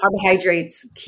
carbohydrates